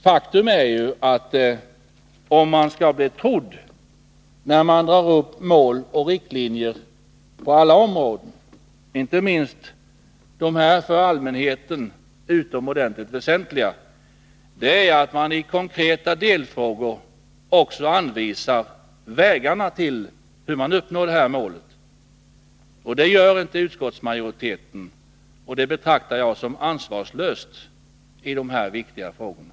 Faktum är att man för att bli trodd, när man drar upp mål och riktlinjer på olika områden, inte minst på detta för allmänheten utomordentligt väsentliga område, också i konkreta delfrågor anvisar vägarna till dessa mål. Det gör inte utskottsmajoriteten när det gäller dessa viktiga frågor, och det betraktar jag som ansvarslöst.